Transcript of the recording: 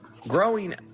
Growing